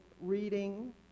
reading